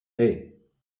hey